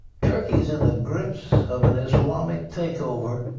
turkey is in the grips of an islamic takeover.